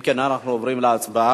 אם כן, אנחנו עוברים להצבעה.